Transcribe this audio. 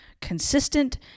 consistent